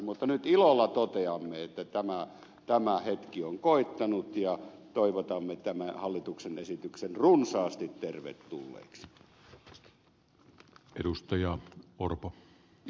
mutta nyt ilolla toteamme että tämä hetki on koittanut ja toivotamme tämän hallituksen esityksen runsaasti tervetulleeksi